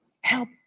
help